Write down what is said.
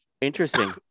interesting